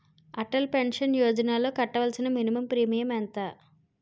Atal pension యోజనలో కట్టవలసిన minimum premium ఎంత?